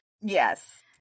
Yes